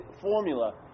formula